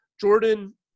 jordan